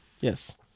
Yes